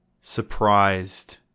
surprised